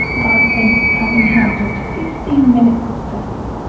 rather than having had just fifteen minutes of stress,